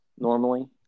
Normally